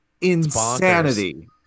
insanity